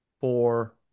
four